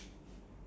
mm mm